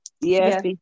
Yes